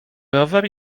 rower